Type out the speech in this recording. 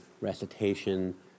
recitation